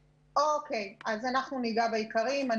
אני אגע בעיקרי הדברים.